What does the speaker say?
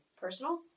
personal